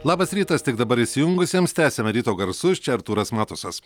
labas rytas tik dabar įsijungusiems tęsiame ryto garsus čia artūras matusas